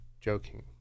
joking